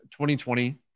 2020